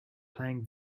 playing